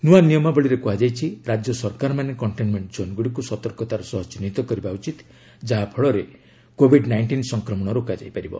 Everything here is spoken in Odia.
ନୂଆ ନିୟମାବଳୀରେ କୁହାଯାଇଛି ରାଜ୍ୟସରକାରମାନେ କଣ୍ଟେନମେଣ୍ଟ ଜୋନ୍ଗୁଡ଼ିକୁ ସତର୍କତାର ସହ ଚିହ୍ନିତ କରିବା ଉଚିତ ଯାହାଫଳରେ କୋଭିଡ୍ ନାଇଣ୍ଟିନ୍ ସଂକ୍ରମଣ ରୋକାଯାଇ ପାରିବ